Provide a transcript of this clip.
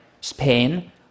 Spain